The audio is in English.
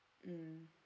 mm